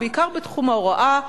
ובעיקר בתחום ההוראה.